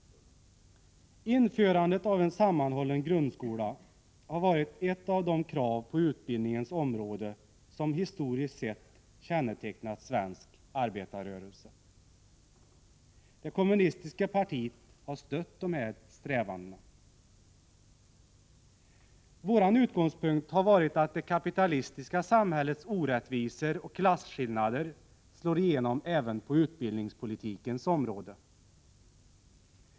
Införandet av en sammanhållen grundskola har varit ett av de krav på utbildningens område som historiskt sett kännetecknat svensk arbetarrörelse. Det kommunistiska partiet har stött dessa strävanden. Vår utgångspunkt har varit att det kapitalistiska samhällets orättvisor och klasskillnader slår igenom även på utbildningspolitikens område.